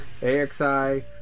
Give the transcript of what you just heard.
AXI